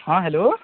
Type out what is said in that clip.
हँ हेलो